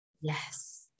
Yes